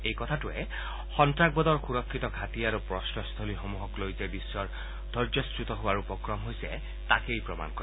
এই কথাটোৱে সন্তাসবাদৰ সুৰক্ষিত ঘাটী আৰু প্ৰশ্ৰয় স্থলীসমূহক লৈ যে বিশ্বৰ ধৈৰ্য্যচ্যুত হোৱাৰ উপক্ৰম হৈছে তাকেই প্ৰমাণ কৰে